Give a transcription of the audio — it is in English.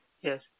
Yes